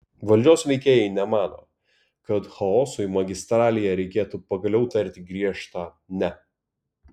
valdžios veikėjai nemano kad chaosui magistralėje reikėtų pagaliau tarti griežtą ne